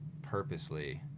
purposely